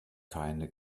keine